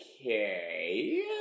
okay